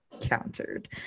countered